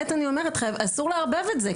אסור לערבב את זה,